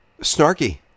Snarky